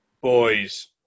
Boys